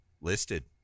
listed